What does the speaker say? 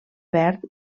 verd